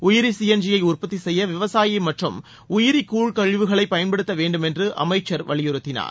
உயிரி சிஎன்ஜியை உற்பத்தி செய்ய விவசாய மற்றும் உயிரி கூழ் கழிவுகளை பயன்படுத்த வேண்டும் என்று அமைச்சர் வலிபுறுத்தினார்